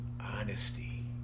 honesty